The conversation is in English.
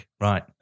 Right